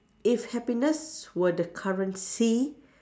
if happiness were the currency